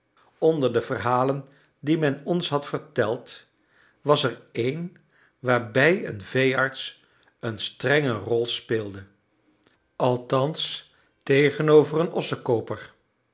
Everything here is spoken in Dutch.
onder de verhalen die men ons had verteld was er een waarbij een veearts een strenge rol speelde althans tegenover een